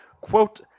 Quote